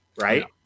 right